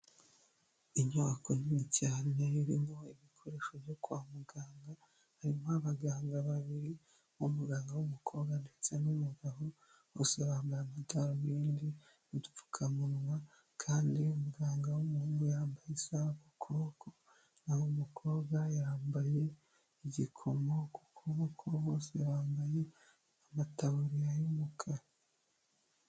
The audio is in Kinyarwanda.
Inyubako nini cyane irimo ibikoresho byo kwa muganga, harimo abaganga babiri, umuganga w'umukobwa ndetse n'umugabo bose bambaye amadarubindi n'udupfukamunwa kandi umuganga w'umuhungu yambaye isaha ku kuboko, naho umukobwa yambaye igikomo ku kuboko, bose bambaye amataburiya y'umukara.